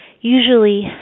Usually